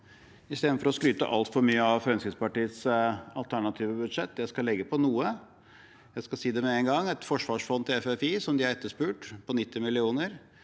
istedenfor å skryte altfor mye av Fremskrittspartiets alternative budsjett. Jeg skal legge på noe, og jeg skal si det med en gang: et forsvarsfond til FFI som de har etterspurt, på 90 mill.